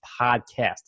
podcast